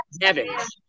evans